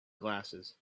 glasses